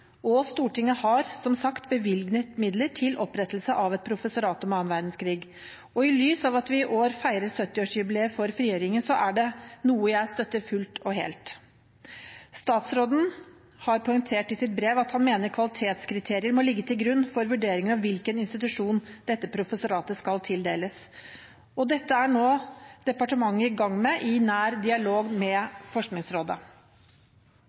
og Stortinget har som sagt bevilget midler til, opprettelse av et professorat om annen verdenskrig. I lys av at vi i år feirer 70-årsjubileet for frigjøringen, er dette noe jeg støtter fullt og helt. Statsråden har poengtert i sitt brev at han mener kvalitetskriterier må ligge til grunn for vurderinger om hvilken institusjon dette professoratet skal tildeles. Dette er nå departementet i gang med, i nær dialog med Forskningsrådet.